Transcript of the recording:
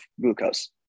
glucose